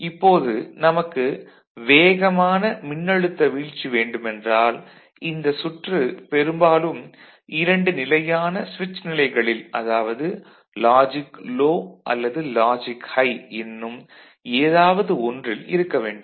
இப்போது நமக்கு வேகமான மின்னழுத்த வீழ்ச்சி வேண்டுமென்றால் இந்த சுற்று பெரும்பாலும் இரண்டு நிலையான சுவிட்ச் நிலைகளில் அதாவது லாஜிக் லோ அல்லது லாஜிக் ஹை என்னும் ஏதாவது ஒன்றில் இருக்க வேண்டும்